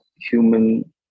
human